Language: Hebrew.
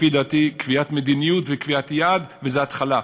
לפי דעתי, קביעת מדיניות וקביעת יעד, וזאת התחלה.